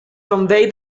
convey